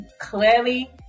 clearly